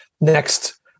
next